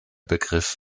begriff